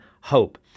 hope